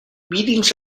meetings